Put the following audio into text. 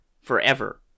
forever